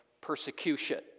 persecution